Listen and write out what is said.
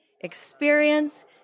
experience